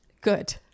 Good